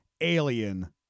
Alien